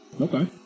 Okay